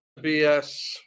BS